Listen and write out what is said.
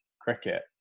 cricket